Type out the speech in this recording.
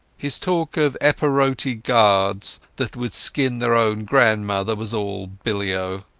his talk of epirote guards that would skin their own grandmothers was all billy-o.